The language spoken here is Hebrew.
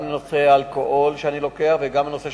גם בנושא האלכוהול שאני לוקח וגם בנושא